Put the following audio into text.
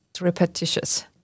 repetitious